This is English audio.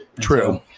True